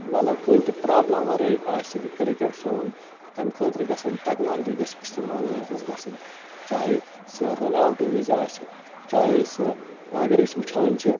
مطلب کُنہِ تہِ پرابِلم ورٲے آسہِ کِرکَٹ سون تٔمۍ خٲطر گژھَن ٹیکنالجی گژھِ استعمال ؤنکیٚس گژھٕنۍ چاہے سُہ رَن اَوٹہٕ وِزِ آسہِ چاہے سُہ اَگر أسۍ وُچھان چھِ